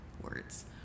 words